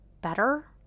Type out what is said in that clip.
better